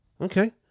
Okay